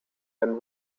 and